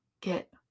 get